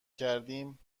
کردیم